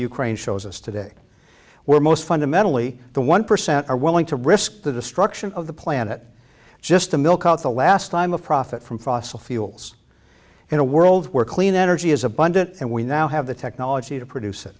ukraine shows us today where most fundamentally the one percent are willing to risk the destruction of the planet just to milk out the last time of profit from fossil fuels in a world where clean energy is abundant and we now have the technology to produce it